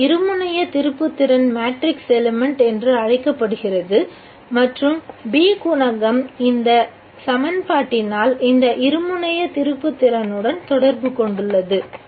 இது இருமுனைய திருப்புத்திறன் மேட்ரிக்ஸ் எலிமெண்ட் என்று அழைக்கப்படுகிறது மற்றும் B குணகம் இந்த சமன்பாட்டினால் இந்த இருமுனையத் திருப்புத்திறனுடன் தொடர்புகொண்டுள்ளது